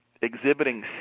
exhibiting